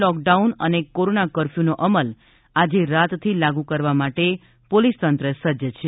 lockdown અને corona કરફ્યુનો અમલ આજે રાતથી લાગુ કરવા માટે પોલીસતંત્ર સજ્જ છે